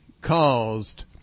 caused